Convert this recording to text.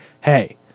hey